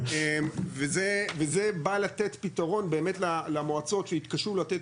זה בא לתת פתרון באמת למועצות שהתקשו לתת